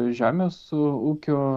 žemės ūkio